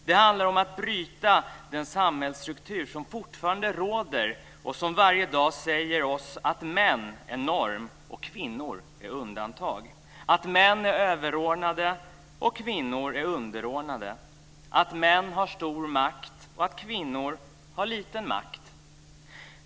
Det handlar om att bryta den samhällsstruktur som fortfarande råder och som varje dag säger oss att män är norm och kvinnor är undantag, att män är överordnade och kvinnor är underordnade, att män har stor makt och att kvinnor har liten makt.